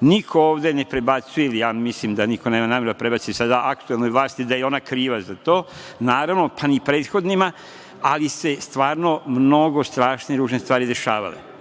Niko ovde ne prebacuje, ili ja mislim da niko nema nameru da prebaci sada aktuelnoj vlasti da je ona kriva za to, naravno, pa ni prethodnima, ali su se stvarno mnogo strašne i ružne stvari dešavale. Možda